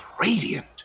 radiant